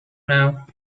now